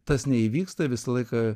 tas neįvyksta visą laiką